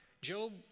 Job